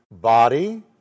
body